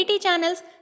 channels